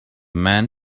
man